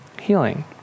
healing